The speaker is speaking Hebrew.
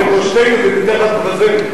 אפשר להגיד שלבושתנו זה מתחת ברזנט.